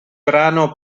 brano